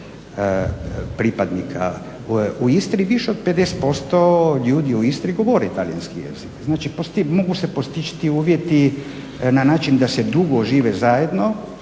pripadnika u Istri, više od 50% ljudi u Istri govorili talijanski jezik, znači mogu se postići ti uvjeti na način da se dugo žive zajedno